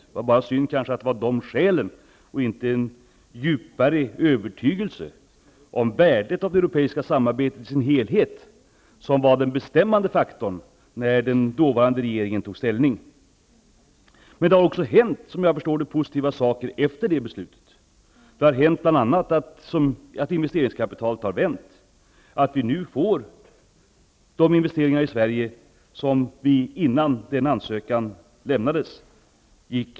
Det är bara synd att det var de skälen och inte en djupare övertygelse om värdet av det europeiska samarbetet i sin helhet som var den bestämmande faktorn när den dåvarande regeringen tog ställning i frågan. Men som jag förstår har det också hänt positiva saker efter det beslutet. Det har bl.a. hänt att investeringskapitalet har vänt och att vi nu får de investeringar i Sverige som gick oss förbi innan ansökan lämnades.